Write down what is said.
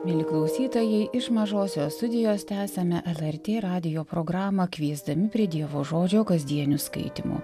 mieli klausytojai iš mažosios studijos tęsiame lrt radijo programą kviesdami prie dievo žodžio kasdienių skaitymų